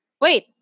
Wait